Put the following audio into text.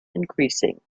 increasing